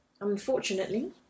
unfortunately